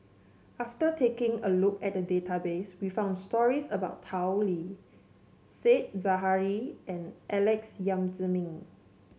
after taking a look at database we found stories about Tao Li Said Zahari and Alex Yam Ziming